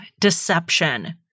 deception